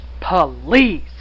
police